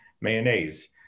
mayonnaise